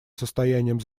состоянием